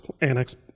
annex